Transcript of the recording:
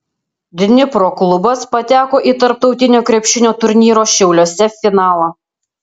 dnipro klubas pateko į tarptautinio krepšinio turnyro šiauliuose finalą